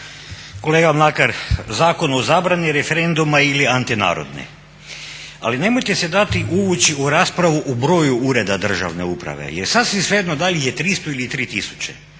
Kolega Mlakar, Zakon o zabrani referenduma ili antinarodni. Ali nemojte se dati uvući u raspravu o broju ureda državne uprave, jer sasvim je svejedno da li ih je 300 ili 3000,